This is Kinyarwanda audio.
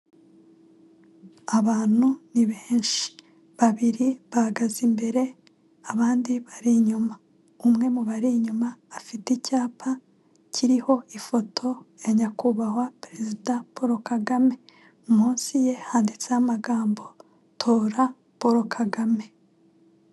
Abantu ni benshi babiri bahagaze imbere abandi bari inyuma, umwe mu bari inyuma afite icyapa kiriho ifoto ya nyakubahwa perezida Paul Kagame munsi ye handitseho amagambogambo tora Paul Kagame.